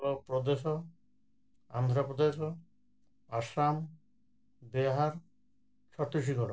Uttar Pradesh Andhra Pradesh Assam Bihar Chhattisgarh